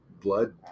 Blood